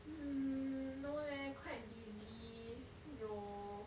mm no leh quite busy 有